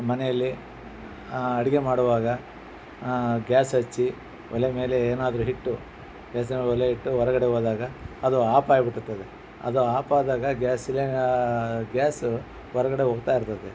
ಮನೆಯಲ್ಲಿ ಅಡುಗೆ ಮಾಡುವಾಗ ಗ್ಯಾಸ್ ಹಚ್ಚಿ ಒಲೆ ಮೇಲೆ ಏನಾದ್ರೂ ಇಟ್ಟು ಗ್ಯಾಸಿನ ಒಲೆ ಇಟ್ಟು ಹೊರಗಡೆ ಹೋದಾಗ ಅದು ಆಪ್ ಆಗ್ಬಿಟ್ಟಿರ್ತದೆ ಅದು ಅದು ಆಪ್ ಆದಾಗ ಗ್ಯಾಸ್ ಸಿಲಿ ಗ್ಯಾಸು ಹೊರ್ಗಡೆ ಹೋಗ್ತಾ ಇರ್ತದೆ